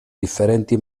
differenti